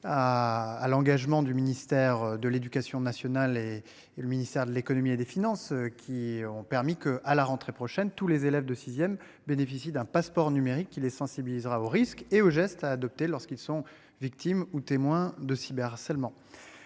à l'engagement du ministère de l'éducation nationale et et le ministère de l'Économie et des Finances qui ont permis que à la rentrée prochaine tous les élèves de 6ème bénéficie d'un passeport numérique qui les sensibilisera aux risques et aux gestes à adopter lorsqu'ils sont victimes ou témoins de cyber-, harcèlement.